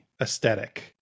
aesthetic